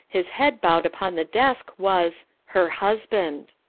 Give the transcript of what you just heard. his head bowed upon the desk, was her husband!